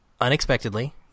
unexpectedly